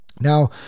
Now